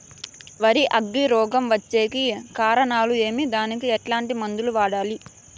వరి అగ్గి రోగం వచ్చేకి కారణాలు ఏమి దానికి ఎట్లాంటి మందులు వాడాలి?